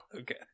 Okay